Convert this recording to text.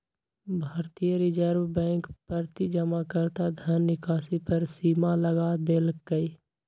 भारतीय reserve bank प्रति जमाकर्ता धन निकासी पर सीमा लगा देलकइ